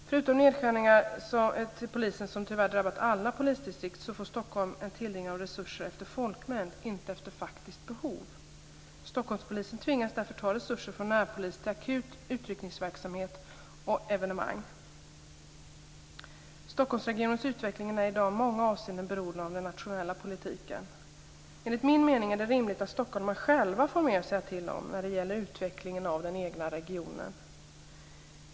Förutom de nedskärningar inom polisen som tyvärr drabbat alla polisdistrikt får Stockholm tilldelning av resurser efter folkmängd, inte efter faktiska behov. Stockholmspolisen tvingas därför ta resurser från närpolisen till akut utryckningsverksamhet och evenemang. Stockholmsregionens utveckling är i dag i många avseenden beroende av den nationella politiken. Enligt min mening är det rimligt att stockholmarna själva får mer att säga till om när det gäller utvecklingen av den egna regionen.